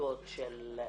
נציגות של הרשות,